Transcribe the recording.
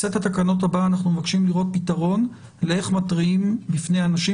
אנחנו מבקשים לראות פתרון איך מתריעים בפני אנשים